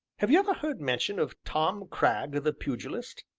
have you ever heard mention of tom cragg, the pugilist?